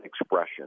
expression